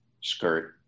skirt